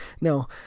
No